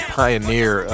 pioneer